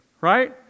right